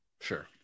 sure